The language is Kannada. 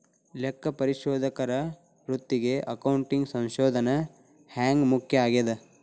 ಲೆಕ್ಕಪರಿಶೋಧಕರ ವೃತ್ತಿಗೆ ಅಕೌಂಟಿಂಗ್ ಸಂಶೋಧನ ಹ್ಯಾಂಗ್ ಮುಖ್ಯ ಆಗೇದ?